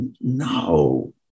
no